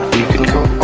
can go